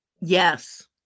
Yes